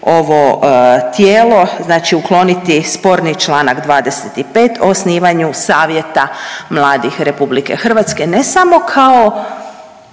ovo tijelo, znači ukloniti sporni članak 25. o osnivanju Savjeta mladih Republike Hrvatske ne samo kao